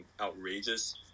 outrageous